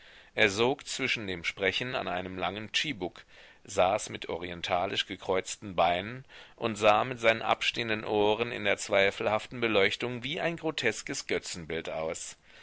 er sog zwischen dem sprechen an einem langen tschibuk saß mit orientalisch gekreuzten beinen und sah mit seinen abstehenden ohren in der zweifelhaften beleuchtung wie ein groteskes götzenbild aus